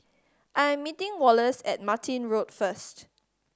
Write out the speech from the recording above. I'm meeting Wallace at Martin Road first